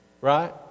right